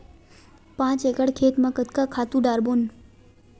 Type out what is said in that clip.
पांच एकड़ खेत म कतका खातु डारबोन?